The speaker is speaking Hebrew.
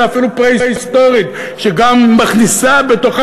אלא אפילו פרה-היסטורית שגם מכניסה בתוכה